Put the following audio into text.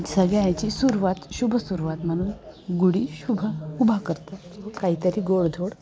सगळ्या ह्याची सुरवात शुभ सुरवात म्हणून गुढी शुभ उभा करतात काहीतरी गोडधोड